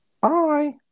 Bye